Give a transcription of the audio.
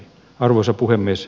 arvoisa puhemies